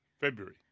February